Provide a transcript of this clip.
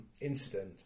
incident